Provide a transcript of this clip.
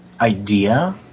idea